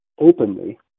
openly